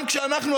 גם כשאנחנו,